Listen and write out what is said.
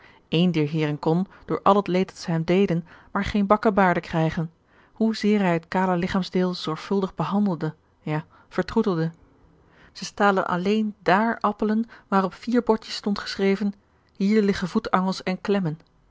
een dier heeren kon door al het leed dat zij hem deden maar geene bakkebaarden krijgen hoezeer hij het kale ligchaamsdeel zorgvuldig behandelde ja vertroetelde zij stalen alléén dààr appelen waar op vier bordjes stond geschreven hier liggen voetangels en klemmen